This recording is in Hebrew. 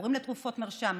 מכורים לתרופות מרשם,